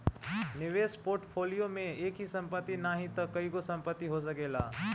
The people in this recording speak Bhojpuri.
निवेश पोर्टफोलियो में एकही संपत्ति नाही तअ कईगो संपत्ति हो सकेला